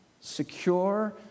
secure